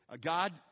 God